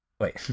wait